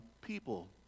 people